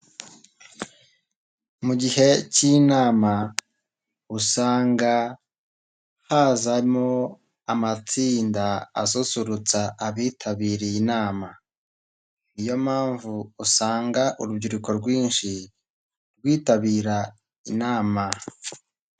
Mu gihe cy'inama usanga hazamo amatsinda asusurutsa abitabiriye inama, niyo mpamvu usanga urubyiruko rwinshi rwitabira inama.